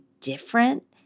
different